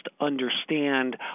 understand